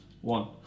One